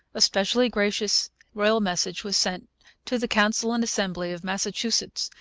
a specially gracious royal message was sent to the council and assembly of massachusetts,